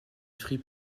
fruits